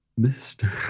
Mr